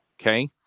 Okay